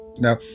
Now